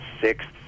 sixth